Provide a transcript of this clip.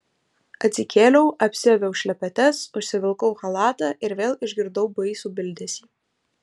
atsikėliau apsiaviau šlepetes užsivilkau chalatą ir vėl išgirdau baisų bildesį